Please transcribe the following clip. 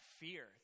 fear